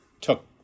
took